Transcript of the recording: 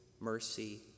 mercy